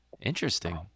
Interesting